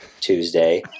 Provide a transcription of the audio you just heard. Tuesday